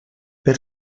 per